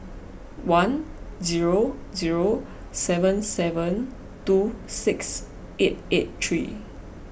one zero zero seven seven two six eight eight three